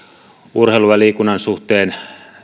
urheilun ja liikunnan suhteen